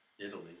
italy